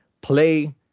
play